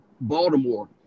Baltimore